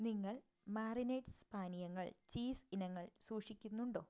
നിങ്ങൾ മറിനേഡ്സ് പാനീയങ്ങൾ ചീസ് ഇനങ്ങൾ സൂക്ഷിക്കുന്നുണ്ടോ